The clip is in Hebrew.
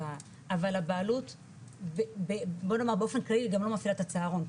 אבל הבעלות הוא נאמר באופן כללי לא מפעילה את הצהרון,